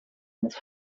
eines